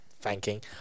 Thanking